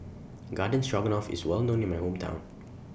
Garden Stroganoff IS Well known in My Hometown